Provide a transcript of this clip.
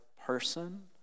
person